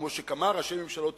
כמו שהיה עם כמה ראשי ממשלות,